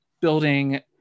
building